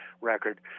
record